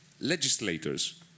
legislators